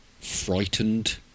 frightened